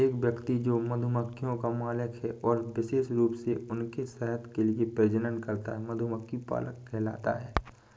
एक व्यक्ति जो मधुमक्खियों का मालिक है और विशेष रूप से उनके शहद के लिए प्रजनन करता है, मधुमक्खी पालक कहलाता है